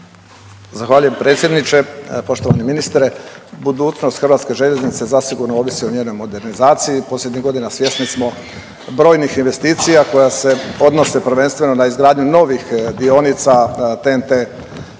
Zahvaljujem predsjedniče. Poštovani ministre, budućnost Hrvatske željeznice zasigurno ovisi o njenoj modernizaciji. Posljednjih godina svjesni smo brojnih investicija koja se odnose prvenstveno na izgradnju novih dionica TNT